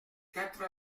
quatre